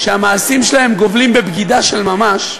שהמעשים שלהם גובלים בבגידה של ממש.